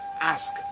ask